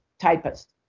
typist